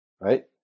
right